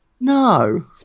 No